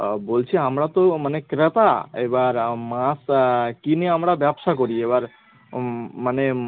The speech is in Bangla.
বলছি আমরা তো মানে ক্রেতা এবার মাছ কিনে আমরা ব্যবসা করি এবার মানে